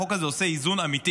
החוק הזה עושה איזון אמיתי